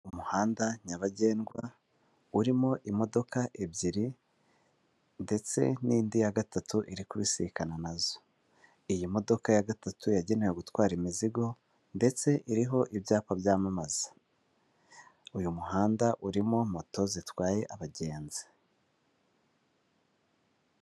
Umuhanda nyabagendwa urimo imodoka ebyiri ndetse n'indi ya gatatu iri kubisikana nazo, iyi modoka ya gatatu yagenewe gutwara imizigo ndetse iriho ibyapa byamamaza, uyu muhanda urimo moto zitwaye abagenzi.